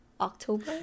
October